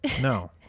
no